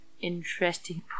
Interesting